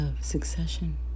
succession